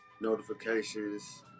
notifications